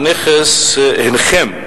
הינכם,